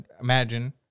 imagine